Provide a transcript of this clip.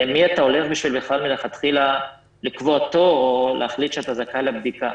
למי אתה הולך מלכתחילה לקבוע תור או להחליט שאתה זכאי לבדיקה.